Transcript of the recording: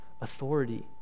authority